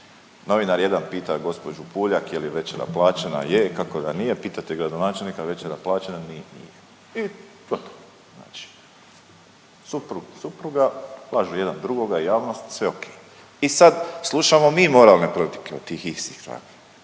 Novinar jedan pita gđu Puljak je li večera plaćena, je, kako da nije, pitate gradonačelnika, večera plaćena, nije. I gotovo, suprug, supruga, lažu jedan drugoga i javnost i sve oke. I sad slušamo mi moralne prodike od tih istih